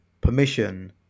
permission